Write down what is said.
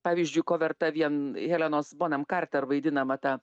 pavyzdžiui ko verta vien helenos bonam karter vaidinama ta